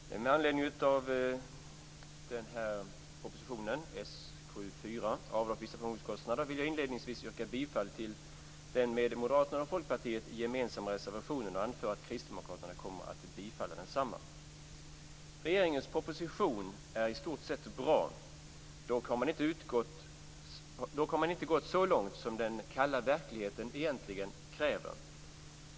Fru talman! Med anledning av det här betänkandet, SkU4 Avdrag för vissa pensionskostnader, m.m., vill jag inledningsvis yrka bifall till vår med Moderaterna och Folkpartiet gemensamma reservation och anföra att kristdemokraterna kommer att bifalla densamma. Regeringens proposition är i stort sett bra. Dock har man inte gått så långt som den kalla verkligheten egentligen kräver.